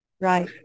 right